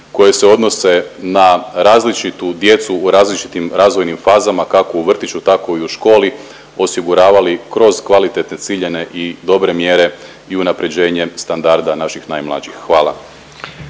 koje se odnose na različitu djecu u različitim razvojnim fazama kako u vrtiću tako i u školi, osiguravali kroz kvalitetne, ciljane i dobre mjere i unaprjeđenje standarda naših najmlađih, hvala.